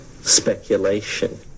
speculation